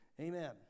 amen